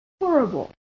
horrible